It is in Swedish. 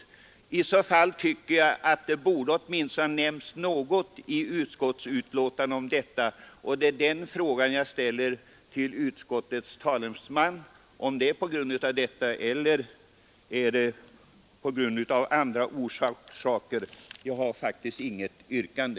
I så fall tycker jag att det åtminstone borde ha nämnts något i utskottsbetänkandet om detta. Jag ställer frågan till utskottets talesman: Har glesbygdsutredningens förslag väckts på grund av motionen eller har de andra orsaker? Herr talman! Jag har faktiskt inget yrkande.